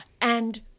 And-